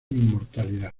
inmortalidad